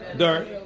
dirt